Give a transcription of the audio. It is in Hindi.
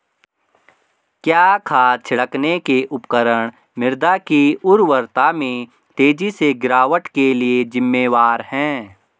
क्या खाद छिड़कने के उपकरण मृदा की उर्वरता में तेजी से गिरावट के लिए जिम्मेवार हैं?